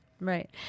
Right